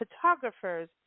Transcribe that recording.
photographers